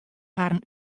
harren